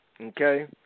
okay